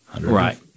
Right